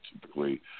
typically